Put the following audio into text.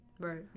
right